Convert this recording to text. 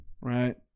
right